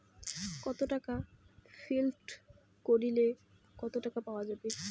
কত টাকা ফিক্সড করিলে কত টাকা পাওয়া যাবে?